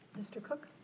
mr. cook,